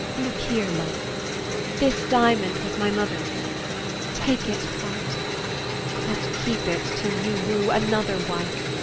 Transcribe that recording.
look here, love this diamond was my mother's take it, heart but keep it till you woo another wife,